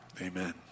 Amen